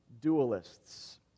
dualists